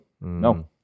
No